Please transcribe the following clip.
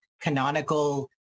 canonical